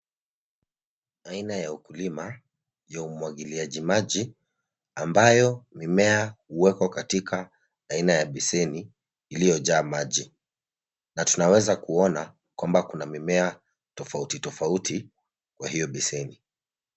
Aina ya ukulima ya umwagiliaji maji, ambayo mimea huwekwa katika aina ya beseni iliyo jaa maji na tunaweza kuona kwamba kuna mimea tofauti tofauti kwa hiyo beseni.